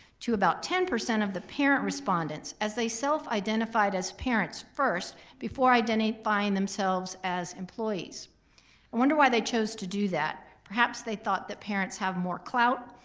to about ten percent of the parent respondents as they self identified as parents first before identifying themselves as employees. i wonder why they chose to do that? perhaps they thought that parents have more clout,